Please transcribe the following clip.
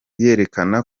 yerekana